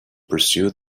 pursue